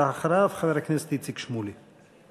ואחריו, חבר הכנסת איציק שמולי.